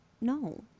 No